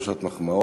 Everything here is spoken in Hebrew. לא שעת מחמאות.